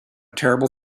terrible